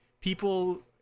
people